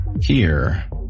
Here